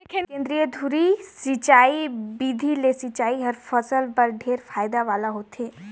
केंद्रीय धुरी सिंचई बिधि ले सिंचई हर फसल बर ढेरे फायदा वाला होथे